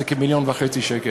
היא כ-1.5 מיליון שקל.